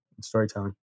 storytelling